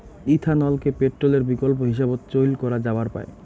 ইথানলকে পেট্রলের বিকল্প হিসাবত চইল করা যাবার পায়